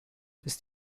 ist